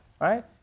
right